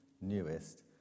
newest